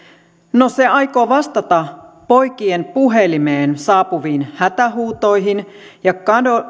no se aikoo vastata poikien puhelimeen saapuviin hätähuutoihin ja